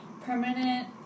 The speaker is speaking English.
permanent